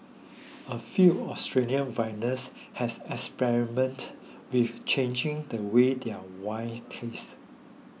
a few Australian vintners has experimented with changing the way their wines taste